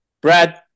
Brad